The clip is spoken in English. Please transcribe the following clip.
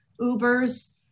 Ubers